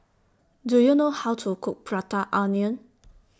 Do YOU know How to Cook Prata Onion